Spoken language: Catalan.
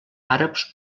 àrabs